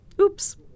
Oops